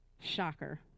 Shocker